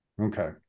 Okay